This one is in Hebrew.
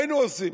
היינו עושים,